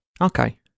Okay